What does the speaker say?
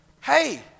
hey